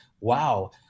wow